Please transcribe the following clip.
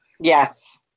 Yes